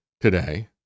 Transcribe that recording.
today